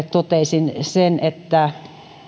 toteaisin sen että